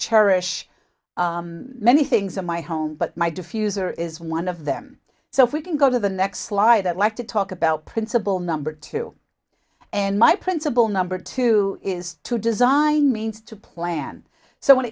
cherish many things in my home but my diffuser is one of them so if we can go to the next slide i'd like to talk about principle number two and my principle number two is to design means to plan so when